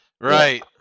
Right